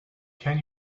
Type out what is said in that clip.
can